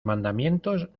mandamientos